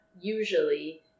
usually